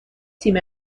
تیم